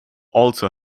also